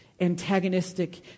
antagonistic